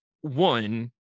one